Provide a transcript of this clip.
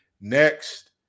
next